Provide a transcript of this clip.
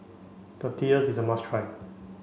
Tortillas is a must try